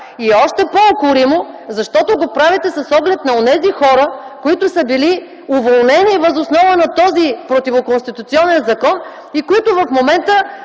е още по-укоримо, защото го правите с оглед на онези хора, които са били уволнени въз основа на този противоконституционен закон и които в момента